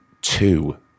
two